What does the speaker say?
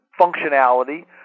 functionality